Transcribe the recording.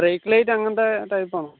break light അങ്ങനത്തെ ടൈപ്പാണോ